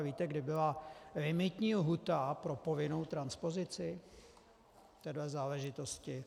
Víte, kdy byla limitní lhůta pro povinnou transpozici v téhle záležitosti?